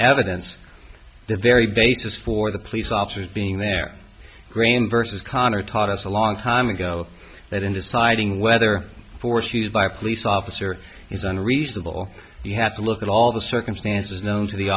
evidence the very basis for the police officers being their grain versus connor taught us a long time ago that industry whether force used by a police officer is unreasonable you have to look at all the circumstances known to the